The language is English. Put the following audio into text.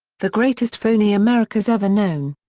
the greatest phony america's ever known.